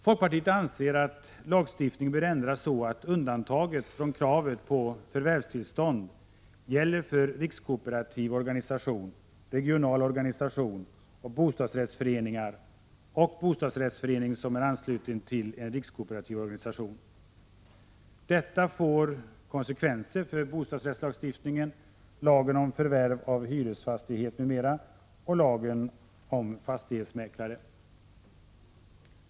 Folkpartiet anser att lagstiftningen bör ändras så att undantaget från kravet på förvärvstillstånd gäller för rikskooperativ organisation, regional organisation och bostadsrättsföreningar som är anslutna till en rikskooperativ organisation. Detta får konsekvenser för bostadsrättslagstiftningen, lagen om förvärv av hyresfastighet m.m. och lagen om fastighetsmäklare.